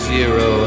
Zero